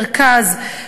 מרכז,